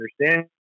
understand